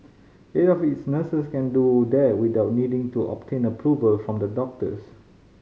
eight of its nurses can do that without needing to obtain approval from the doctors